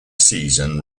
season